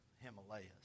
Himalayas